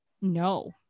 no